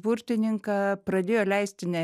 burtininką pradėjo leisti ne